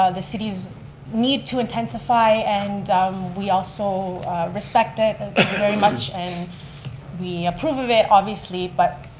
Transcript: ah the city's need to intensify, and we also respect it very much, and we approve of it, obviously, but